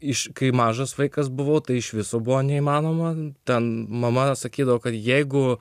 iš kai mažas vaikas buvo tai iš viso buvo neįmanoma ten mama sakydavo kad jeigu